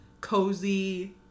cozy